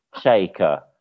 shaker